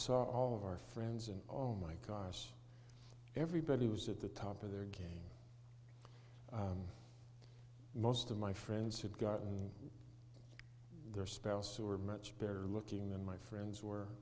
saw all of our friends and all my guys everybody was at the top of their game most of my friends had gotten their spouses who were much better looking than my friends were